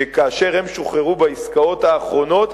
שכאשר הם שוחררו בעסקאות האחרונות,